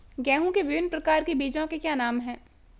गेहूँ के विभिन्न प्रकार के बीजों के क्या नाम हैं?